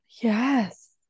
yes